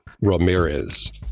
Ramirez